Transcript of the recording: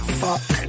fuck